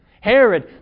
Herod